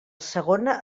segona